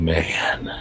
Man